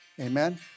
Amen